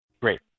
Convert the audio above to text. Great